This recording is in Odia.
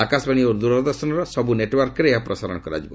ଆକାଶବାଣୀ ଓ ଦୂରଦର୍ଶନର ସବୁ ନେଟୱାର୍କରେ ଏହା ପ୍ରସାରଣ କରାଯିବ